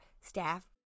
Staff